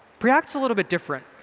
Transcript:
preact's a little bit different.